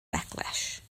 backlash